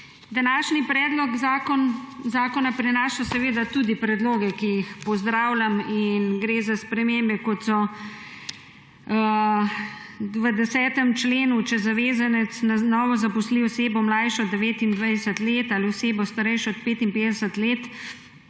današnji predlog zakona prinaša seveda tudi predloge, ki jih pozdravljam. Gre za spremembe, kot so v 10. členu: »Če zavezanec na novo zaposli osebo, mlajšo od 29 let, ali osebo, starejšo od 55 let,